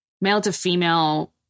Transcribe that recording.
male-to-female